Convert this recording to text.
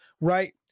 right